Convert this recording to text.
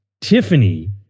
Tiffany